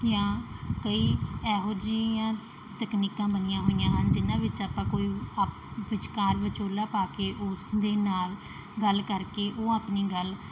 ਜਾਂ ਕਈ ਇਹੋ ਜਿਹੀਆਂ ਤਕਨੀਕਾਂ ਬਣੀਆਂ ਹੋਈਆਂ ਹਨ ਜਿਹਨਾਂ ਵਿੱਚ ਆਪਾਂ ਕੋਈ ਅਪ ਵਿਚਕਾਰ ਵਿਚੋਲਾ ਪਾ ਕੇ ਉਸਦੇ ਨਾਲ ਗੱਲ ਕਰਕੇ ਉਹ ਆਪਣੀ ਗੱਲ